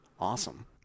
Awesome